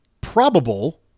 probable